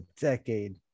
decade